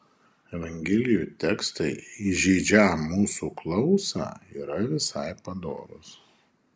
evangelijų tekstai įžeidžią mūsų klausą yra visai padorūs